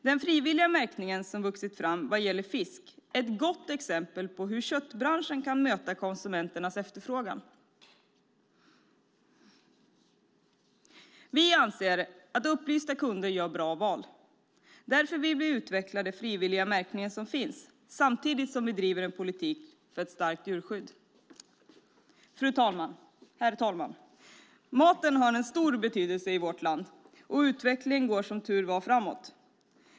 Den frivilliga märkning som har vuxit fram vad gäller fisk är ett gott exempel på hur köttbranschen kan möta konsumenternas efterfrågan. Vi anser att upplysta kunder gör bra val. Därför vill vi utveckla de frivilliga märkningar som finns samtidigt som vi driver en politik för ett starkt djurskydd. Herr talman! Maten har stor betydelse i vårt land. Utvecklingen går som tur är framåt.